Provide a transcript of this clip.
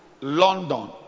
London